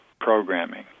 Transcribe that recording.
programming